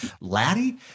Laddie